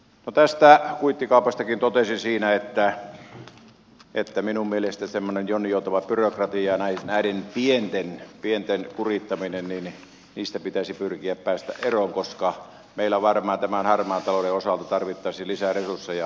tästä kuittikaupastakin totesin että minun mielestäni semmoisesta jonninjoutavasta byrokratiasta ja näiden pienten kurittamisesta pitäisi pyrkiä pääsemään eroon koska meillä varmaan tämän harmaan talouden osalta tarvittaisiin lisää resursseja